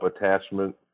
attachment